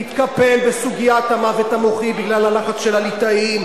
התקפל בסוגיית המוות המוחי בגלל הלחץ של הליטאים,